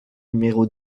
numéro